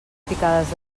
picades